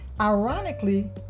Ironically